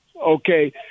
Okay